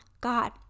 god